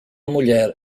mulher